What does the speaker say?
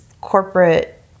corporate